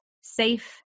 safe